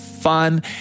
fun